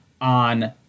on